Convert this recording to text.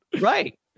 Right